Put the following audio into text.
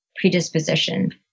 predisposition